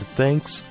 thanks